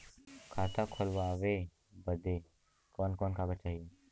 खाता खोलवावे बादे कवन कवन कागज चाही?